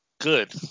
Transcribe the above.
good